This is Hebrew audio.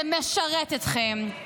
זה משרת אתכם.